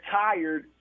tired